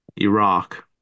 Iraq